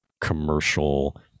commercial